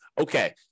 okay